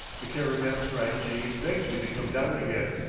the caravanserai-jee begs me to come down again,